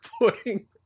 Putting